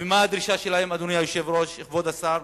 ומה הדרישה שלהם, אדוני היושב-ראש, כבוד השר?